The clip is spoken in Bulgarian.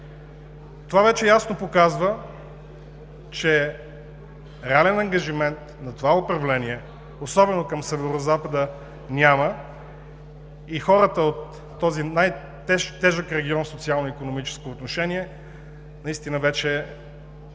Това вече ясно показва, че реален ангажимент на това управление, особено към Северозапада, няма и хората от този най-тежък регион в социално-икономическо отношение наистина вече нямат